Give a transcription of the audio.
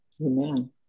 Amen